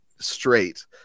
straight